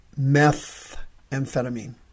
methamphetamine